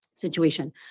situation